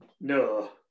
no